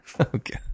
Okay